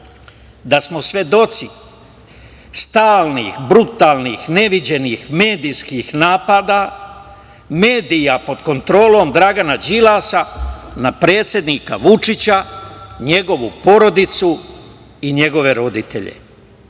da smo svedoci stalnih brutalnih, neviđenih, medijskih napada, medija pod kontrolom Dragana Đilasa na predsednika Vučića, njegovu porodicu i njegove roditelje.